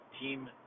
Team